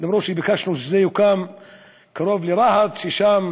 אף על פי שביקשנו שזה יוקם קרוב לרהט, ששם